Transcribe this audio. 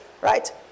right